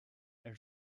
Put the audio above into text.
elle